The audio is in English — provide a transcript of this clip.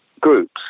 groups